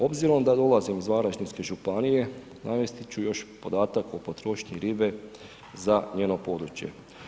Obzirom da dolazim i Varaždinske županije, navesti ću još podatak o potrošnji ribe za njeno područje.